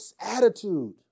attitude